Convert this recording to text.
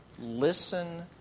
Listen